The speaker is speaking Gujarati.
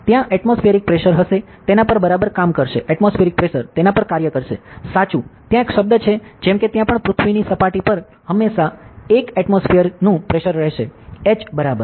ત્યાં એટમોસ્ફિએરિક પ્રેશર હશે તેના પર બરાબર કામ કરશે એટમોસ્ફિએરિક પ્રેશર તેના પર કાર્ય કરશે સાચું ત્યાં એક શબ્દ છે જેમ કે ત્યાં પણ પૃથ્વીની સપાટી પર હંમેશા 1 એટમોસ્ફિઅરનું પ્રેશર રહેશે h બરાબર